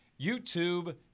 YouTube